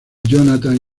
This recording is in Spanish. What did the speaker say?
jonathan